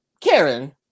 Karen